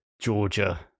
Georgia